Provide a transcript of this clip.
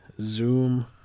zoom